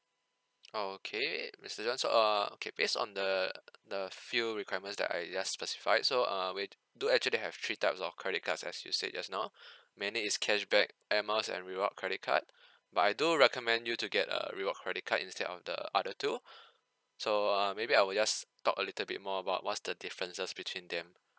okay mister john so uh okay based on the the field requirements that I just specified so uh we do actually have three types of credit cards as you said just now mainly it's cashback air miles and reward credit card but I do recommend you to get a reward credit card instead of the other two so err maybe I will just talk a little bit more about what's the differences between them